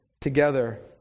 together